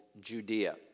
Judea